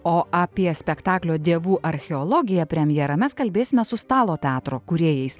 o apie spektaklio dievų archeologija premjerą mes kalbėsime su stalo teatro kūrėjais